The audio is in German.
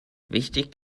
wichtig